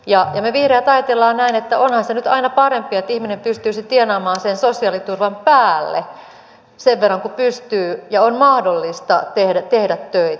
ja me vihreät ajattelemme näin että onhan se nyt aina parempi että ihminen pystyisi tienaamaan sen sosiaaliturvan päälle sen verran kuin pystyy ja on mahdollista tehdä töitä